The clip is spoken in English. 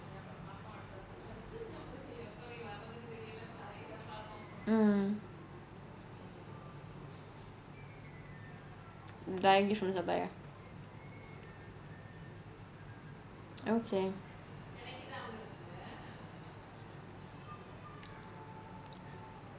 mm directly from supplier okay